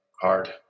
hard